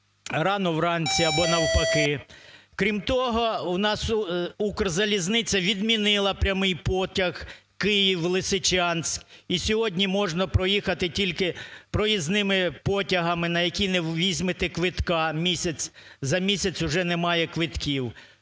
рано-вранці або навпаки. Крім того, у нас "Укрзалізниця" відмінила прямий потяг "Київ-Лисичанськ" і сьогодні можна проїхати тільки проїзними потягами, на які не візьмете квитка, за місяць уже немає квитків.